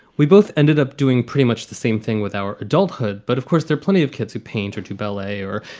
we both ended up doing pretty much the same thing with our adulthood. but of course, there are plenty of kids who paint or do ballet or,